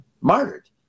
martyred